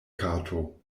kato